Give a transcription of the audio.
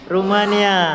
Romania